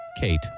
Kate